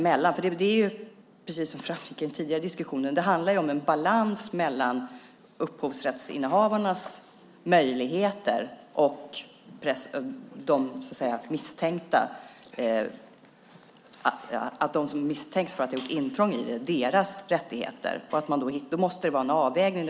Precis som framgick vid den tidigare diskussionen handlar det om en balans mellan upphovsrättsinnehavarnas möjligheter och rättigheterna hos dem som misstänks för att ha gjort intrång. Det måste vara en avvägning.